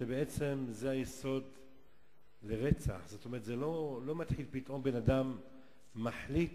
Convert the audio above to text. שזה היסוד לרצח, זאת אומרת, לא פתאום בן-אדם מחליט